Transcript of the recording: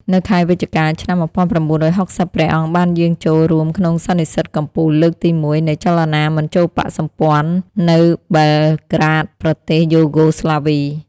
នៅខែវិច្ឆិកា ឆ្នាំ១៩៦០ ព្រះអង្គបានយាងចូលរួមក្នុងសន្និសីទកំពូលលើកទី១ នៃចលនាមិនចូលបក្សសម្ព័ន្ធនៅបែលក្រាដ ប្រទេសយូហ្គោស្លាវី។